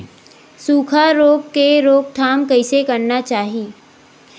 सुखा रोग के रोकथाम कइसे करना चाही?